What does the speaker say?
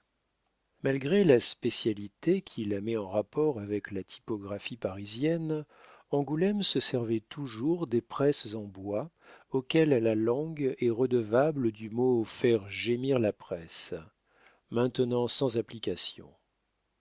malgré la spécialité qui la met en rapport avec la typographie parisienne angoulême se servait toujours des presses en bois auxquelles la langue est redevable du mot faire gémir la presse maintenant sans application